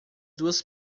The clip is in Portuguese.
duas